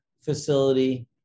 facility